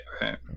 Right